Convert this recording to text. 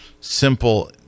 simple